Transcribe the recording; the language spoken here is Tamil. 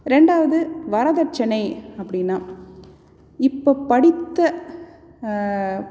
ரெண்டாவது வரதட்சணை அப்படினா இப்போ படித்த